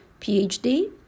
PhD